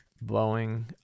blowing